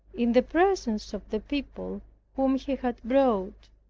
in the presence of the people whom he had brought,